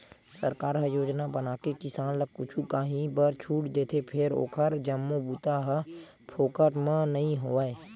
सरकार ह योजना बनाके किसान ल कुछु काही बर छूट देथे फेर ओखर जम्मो बूता ह फोकट म नइ होवय